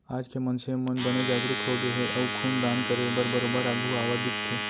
आज के मनसे मन बने जागरूक होगे हे अउ खून दान करे बर बरोबर आघू आवत दिखथे